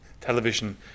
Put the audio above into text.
Television